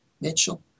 Mitchell